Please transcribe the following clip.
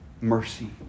mercy